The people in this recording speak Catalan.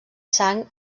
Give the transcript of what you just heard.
sang